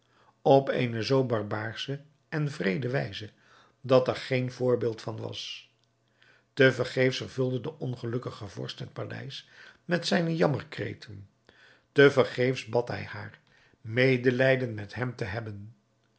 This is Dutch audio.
op eene zoo barbaarsche en wreede wijze dat er geen voorbeeld van was te vergeefs vervulde de ongelukkige vorst het paleis met zijne jammerkreten te vergeefs bad hij haar medelijden met hem te hebben